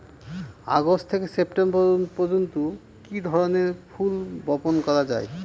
August থেকে সেপ্টেম্বর পর্যন্ত কি ধরনের ফুল বপন করা যায়?